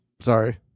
sorry